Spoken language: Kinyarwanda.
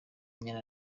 inyana